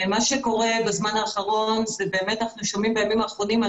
מה שקורה בזמן האחרון זה שאנחנו שומעים בימים האחרונים על